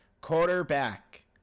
Quarterback